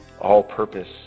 all-purpose